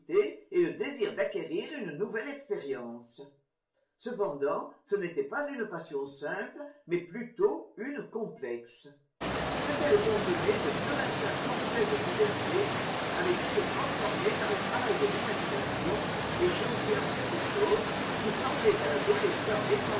et le désir d'acquérir une nouvelle expérience cependant ce n'était pas une passion simple mais plutôt une complexe ce qu'elle contenait de oo pur instinct sensuel de puberté avait été transformé par le travail de l'imagination et changé en quelque chose qui semblait à l'adolescent